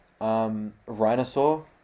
Rhinosaur